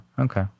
Okay